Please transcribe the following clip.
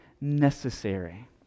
necessary